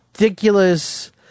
ridiculous